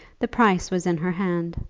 the price was in her hand.